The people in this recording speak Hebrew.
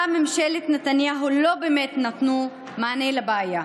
ממשלת נתניהו לא באמת נתנו מענה לבעיה.